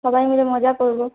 সবাই মিলে মজা করব